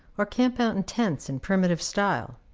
or camp out in tents in primitive style.